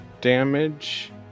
damage